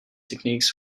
techniques